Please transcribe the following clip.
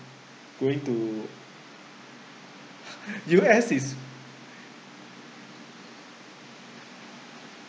going to U_S is